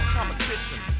Competition